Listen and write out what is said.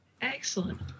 Excellent